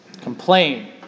complain